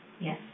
Yes